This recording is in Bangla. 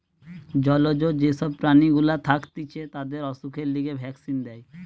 জলজ যে সব প্রাণী গুলা থাকতিছে তাদের অসুখের লিগে ভ্যাক্সিন দেয়